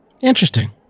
interesting